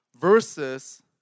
versus